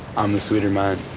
i'm the sweeter man,